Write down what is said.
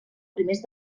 primers